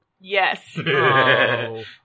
Yes